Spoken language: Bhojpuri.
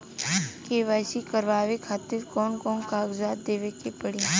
के.वाइ.सी करवावे खातिर कौन कौन कागजात देवे के पड़ी?